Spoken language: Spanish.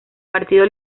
partido